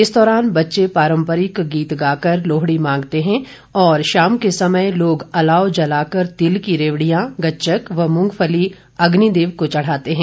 इस दौरान बच्चे पारम्परिक गीत गाकर लोहड़ी मांगते हैं और शाम के समय लोग अलाव जलाकर तिल की रेवड़ियां गचक व मूंगफली अग्निदेव को चढ़ाते हैं